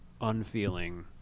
unfeeling